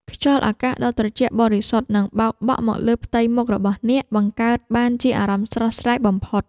ខ្យល់អាកាសដ៏ត្រជាក់បរិសុទ្ធនឹងបោកបក់មកលើផ្ទៃមុខរបស់អ្នក បង្កើតបានជាអារម្មណ៍ស្រស់ស្រាយបំផុត។